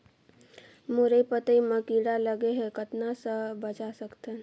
मुरई पतई म कीड़ा लगे ह कतना स बचा सकथन?